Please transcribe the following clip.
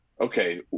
okay